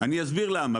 אני אסביר למה.